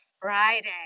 Friday